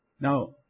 Now